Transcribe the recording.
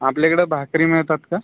आपल्या इकडं भाकरी मिळतात का